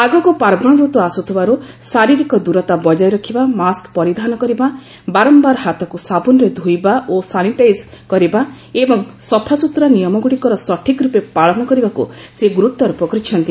ଆଗକୁ ପାର୍ବଣ ରତ୍ନ ଆସୁଥିବାରୁ ଶାରୀରିକ ଦୂରତା ବଜାୟ ରଖିବା ମାସ୍କ୍ ପରିଧାନ କରିବା ବାରମ୍ଘାର ହାତକୁ ସାବୁନରେ ଧୋଇବା ଓ ସାନିଟାଇଜ୍ କରିବା ଏବଂ ସଫାସୁତୁରା ନିୟମଗୁଡ଼ିକର ସଠିକ୍ ରୂପେ ପାଳନ କରିବାକୁ ସେ ଗୁରୁତ୍ୱାରୋପ କରିଛନ୍ତି